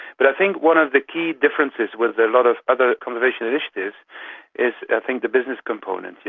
but i think one of the key differences with a lot of other conservation initiatives is i think the business component. you